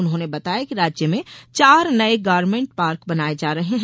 उन्होंने बताया कि राज्य में चार नये गारमेण्ट पार्क बनाये जा रहे हैं